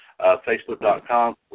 facebook.com